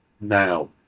Now